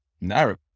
narrow